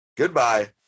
Goodbye